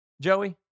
Joey